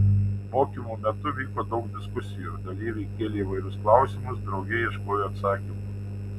mokymų metu vyko daug diskusijų dalyviai kėlė įvairius klausimus drauge ieškojo atsakymų